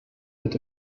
wird